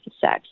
sex